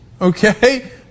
Okay